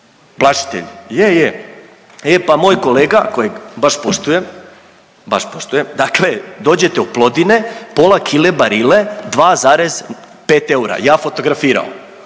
plašitelji, je, je. E pa moj kolega kojeg baš poštujem, baš poštujem dakle dođete u Plodine pola kile BArille 2,5 eura ja fotografirao